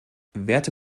werte